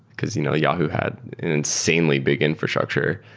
because you know yahoo had an insanely big infrastructure.